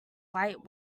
light